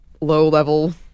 low-level